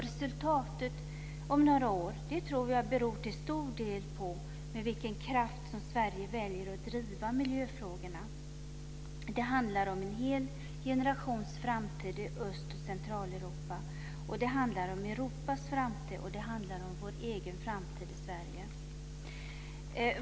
Resultatet om några år tror jag till stor del beror på med vilken kraft som Sverige väljer att driva miljöfrågorna. Det handlar om en hel generations framtid i Östoch Centraleuropa. Det handlar om Europas framtid. Och det handlar om vår egen framtid i Sverige.